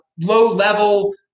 low-level –